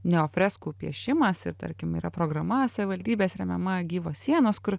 neofreskų piešimas ir tarkim yra programa savivaldybės remiama gyvos sienos kur